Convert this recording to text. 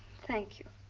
thank you.